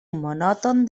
monòton